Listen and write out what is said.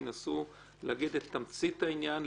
ינסו להגיד את תמצית העניין,